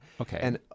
Okay